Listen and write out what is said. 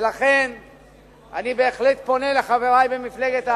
ולכן, אני בהחלט פונה לחברי במפלגת העבודה: